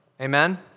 Amen